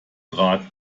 trat